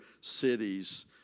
cities